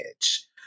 edge